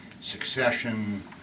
succession